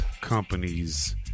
companies